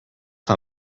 how